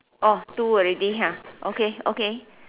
orh two already ah okay okay